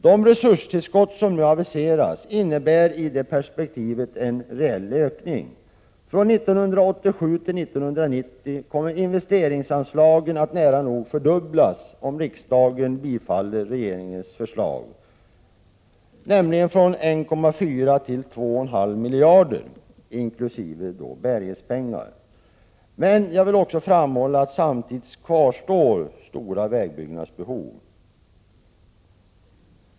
De resurstillskott som nu aviseras innebär i det perspektivet en reell ökning. Från 1987 till 1990 kommer investeringsanslagen att nära nog fördubblas om riksdagen bifaller regeringens förslag, nämligen från 1,4 till 2 miljarder inkl. bärighetspengar. Men jag vill också framhålla att samtidigt kvarstår stora vägbyggnadsbehov.